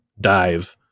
dive